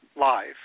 live